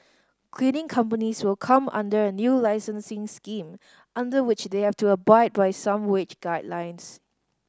cleaning companies will come under a new licensing scheme under which they have to abide by some wage guidelines